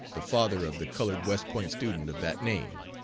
the father of the colored west point student of that name.